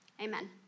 Amen